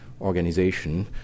organization